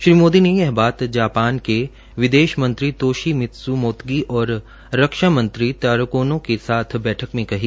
श्री मोदी ने यह बात जापान के विदेश मेंत्री तोशीमितसू मोतगी और रक्षा मंत्री तारा कोनो के साथ बैठक में करी